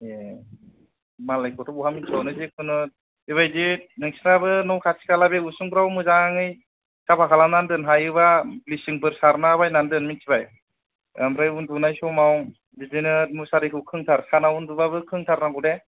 ए मालायखौथ' बहा मिथिबावनो जेखुनु बेबादि नोंसोरहाबो न' खाथि खाला बे उसुंफ्राव मोजाङै साफा खालामनानै दोन हायोबा ब्लिचिंफोर सारलाबायनानै दोन मिथिबाय ओमफ्राय उन्दुनाय समाव बिदिनो मुसारिखौ सोंथार सानाव उन्दुबाबो सोंथारनांगौ दे